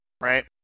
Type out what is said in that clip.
right